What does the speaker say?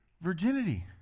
virginity